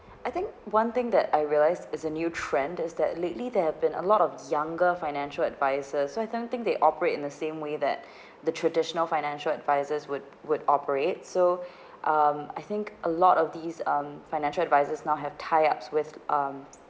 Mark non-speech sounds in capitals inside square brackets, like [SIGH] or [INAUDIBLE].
I think one thing that I realised is a new trend is that lately there have been a lot of younger financial advisors so I don't think they operate in the same way that [BREATH] the traditional financial advisors would would operate so [BREATH] um I think a lot of these um financial advisors now have tied ups with um